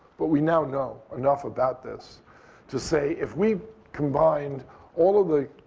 but we now know enough about this to say if we combined all of the